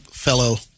Fellow